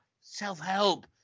Self-help